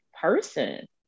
person